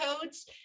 codes